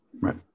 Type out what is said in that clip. Right